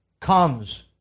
comes